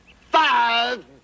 five